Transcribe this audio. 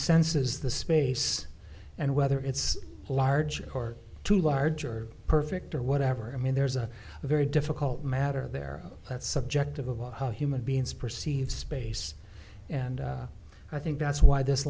senses the space and whether it's a large or too large or perfect or whatever i mean there's a very difficult matter there that's subjective about how human beings perceive space and i think that's why this